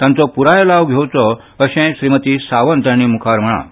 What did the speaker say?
तांचो पूराय लाव घेवचो अशेंय श्रीमती सावंत हांणी मुखार म्हळां